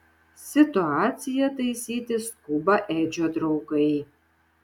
situaciją taisyti skuba edžio draugai